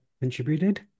contributed